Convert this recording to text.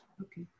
Okay